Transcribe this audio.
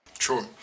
Sure